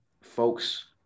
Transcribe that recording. folks